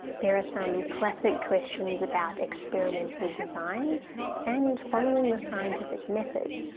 there are some classic questions about experimental design and following the scientific method.